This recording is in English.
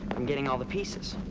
from getting all the pieces.